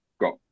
got